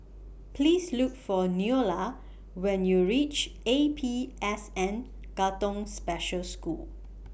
Please Look For Neola when YOU REACH A P S N Katong Special School